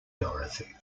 dorothy